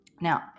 Now